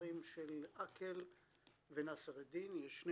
המעצרים של עקל ונאסר א-דין - אלה שני